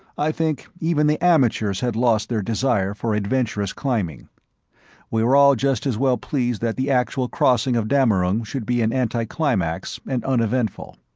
i think even the amateurs had lost their desire for adventurous climbing we were all just as well pleased that the actual crossing of dammerung should be an anticlimax and uneventful.